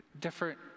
different